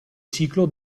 ciclo